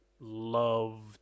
love